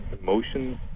emotions